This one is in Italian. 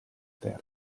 terra